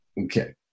Okay